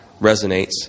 resonates